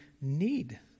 need